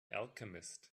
alchemist